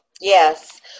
Yes